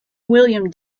william